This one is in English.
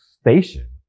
station